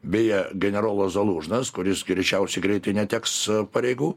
beje generolas zalūžnas kuris greičiausiai greitai neteks pareigų